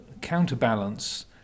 counterbalance